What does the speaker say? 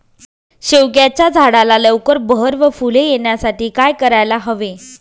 शेवग्याच्या झाडाला लवकर बहर व फूले येण्यासाठी काय करायला हवे?